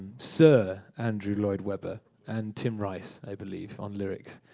sir andrew lloyd webber and tim rice, i believe, on lyrics.